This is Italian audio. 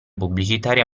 pubblicitaria